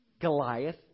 Goliath